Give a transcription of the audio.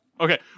Okay